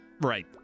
right